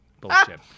bullshit